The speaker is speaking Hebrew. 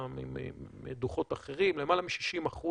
למידע מדוחות אחרים, למעלה מ-60%